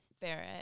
Barrett